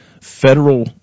Federal